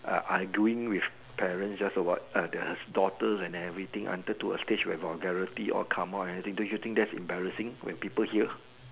uh I doing with parents just about uh their daughter and everything until to a stage where vulgarities all come out don't you think it's embarrassing when people hear